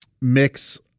mix